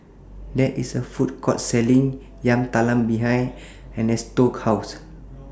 There IS A Food Court Selling Yam Talam behind Ernesto's House